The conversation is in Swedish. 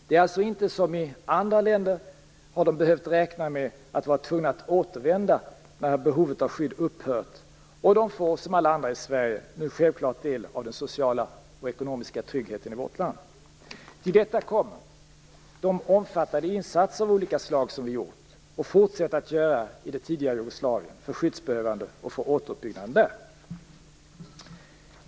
De har alltså inte som i andra länder behövt räkna med att vara tvungna att återvända när behovet av skydd upphört, och de får som alla andra i Sverige nu självklart del av den sociala och ekonomiska tryggheten i vårt land. Till detta kommer de omfattande insatser av olika slag som vi gjort och fortsätter att göra i det tidigare Jugoslavien för skyddsbehövande och för återuppbyggnad där.